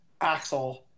Axel